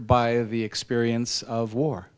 by the experience of war